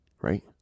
right